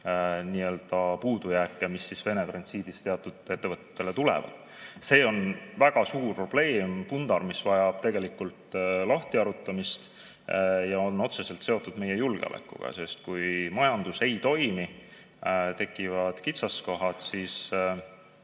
neid puudujääke, mis Vene transiidist teatud ettevõtetele tulevad. See on väga suur probleem, pundar, mis vajab lahtiharutamist ja on otseselt seotud meie julgeolekuga, sest kui majandus ei toimi, tekivad kitsaskohad, siis